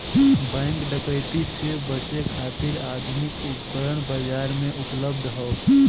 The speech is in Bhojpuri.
बैंक डकैती से बचे खातिर आधुनिक उपकरण बाजार में उपलब्ध हौ